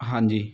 ਹਾਂਜੀ